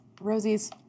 Rosie's